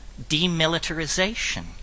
demilitarization